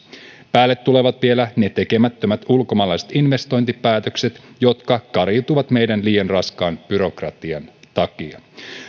päälle tulevat vielä ne tekemättömät ulkomaalaiset investointipäätökset jotka kariutuvat meidän liian raskaan byrokratian takia